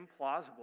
implausible